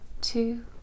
two